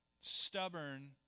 stubborn